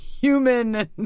human